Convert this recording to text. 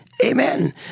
Amen